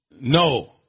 No